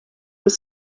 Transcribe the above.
was